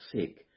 sick